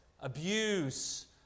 abuse